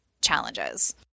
challenges